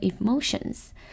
emotions